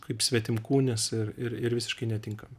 kaip svetimkūnis ir ir ir visiškai netinkama